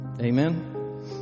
Amen